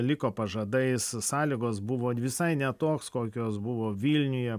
liko pažadais sąlygos buvo visai ne toks kokios buvo vilniuje